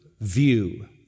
view